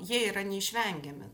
jie yra neišvengiami